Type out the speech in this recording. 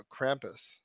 Krampus